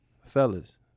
fellas